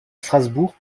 strasbourg